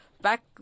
Back